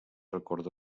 recorda